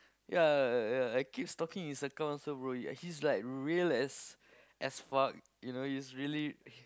ya ya ya I keep stalking his account also bro yeah he's like real as as fuck you know he's really